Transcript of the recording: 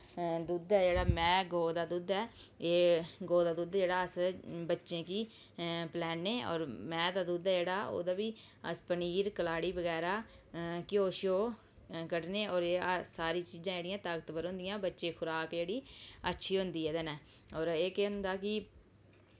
दुद्ध ऐ जेह्ड़ा मैंह् गौऽ दा दुद्ध ऐ जेह्ड़ा एह् गौऽ दा दुद्ध ऐ जेह्ड़ा असें बच्चें गी पलानै होर मैंह् दा दुद्ध बी अस पनीर कलाड़ी बगैरा घ्यो कड्ढने ते एह् सारी चीज़ां जेह्ड़ियां ताकतवर होंदियां ते बच्चें दी खुराक जेह्ड़ी अच्छी होंदी ऐ एह्दे कन्नै होर एह् केह् होंदा कि